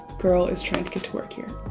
girl is trying to get to work here.